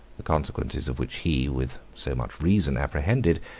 the consequences of which he, with so much reason, apprehended,